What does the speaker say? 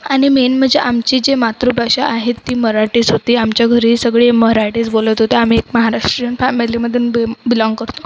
आणि मेन म्हणजे आमची जी मातृभाषा आहे ती मराठीच होती आमच्या घरी सगळी मराठीच बोलत होते आम्ही एक महाराष्ट्रीयन फॅमिलीमधून बि बिलॉन्ग करतो